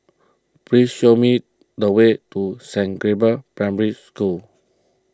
please show me the way to Saint Gabriel's Primary School